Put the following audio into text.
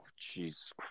jeez